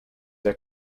der